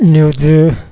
news